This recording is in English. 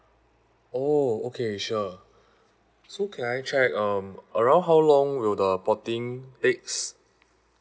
oh okay sure so can I check um around how long will the porting takes